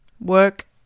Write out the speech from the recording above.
work